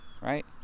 right